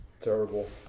Terrible